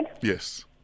Yes